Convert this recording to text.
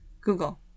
Google